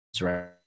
right